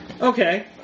Okay